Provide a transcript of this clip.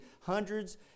hundreds